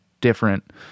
different